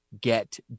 get